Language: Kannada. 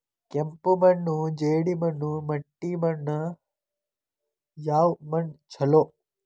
ಕೆಂಪು ಮಣ್ಣು, ಜೇಡಿ ಮಣ್ಣು, ಮಟ್ಟಿ ಮಣ್ಣ ಯಾವ ಮಣ್ಣ ಛಲೋ?